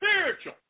spiritual